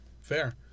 Fair